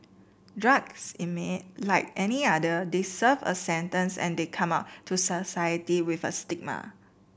drugs inmate like any other they serve a sentence and they come out to society with a stigma